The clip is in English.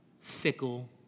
fickle